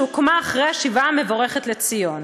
שהוקמה אחרי השיבה המבורכת לציון.